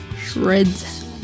shreds